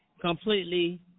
completely